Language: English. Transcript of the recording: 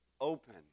open